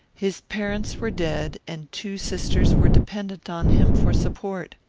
his parents were dead, and two sisters were dependent on him for support.